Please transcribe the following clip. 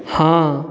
हॅं